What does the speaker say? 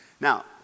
Now